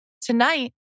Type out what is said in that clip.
Tonight